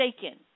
shaken